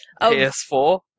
PS4